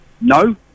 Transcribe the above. No